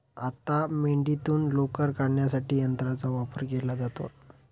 आता मेंढीतून लोकर काढण्यासाठी यंत्राचा वापर केला जातो